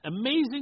Amazing